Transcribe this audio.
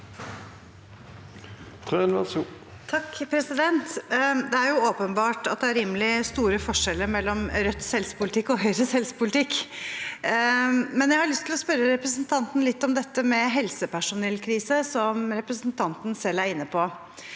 Det er åpenbart at det er rimelig store forskjeller mellom Rødts helsepolitikk og Høyres helsepolitikk. Jeg har lyst til å spørre representanten litt om dette med helsepersonellkrise, som representanten selv er inne på.